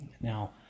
Now